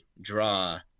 draw